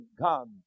God